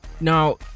Now